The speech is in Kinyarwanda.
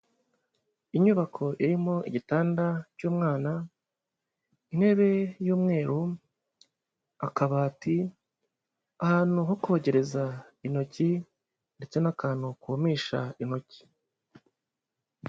Inyubako irimo igitanda cy'umwana, intebe y'umweru, akabati, ahantu ho kogereza intoki ndetse n'akantu kumisha intoki.